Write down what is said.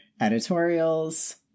editorials